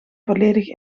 volledig